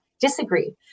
disagree